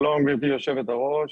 שלום גברתי יושבת הראש.